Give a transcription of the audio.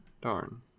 Darn